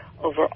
Over